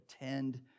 attend